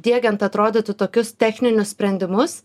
diegiant atrodytų tokius techninius sprendimus